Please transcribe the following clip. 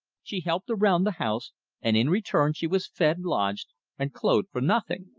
she helped around the house and in return she was fed, lodged and clothed for nothing.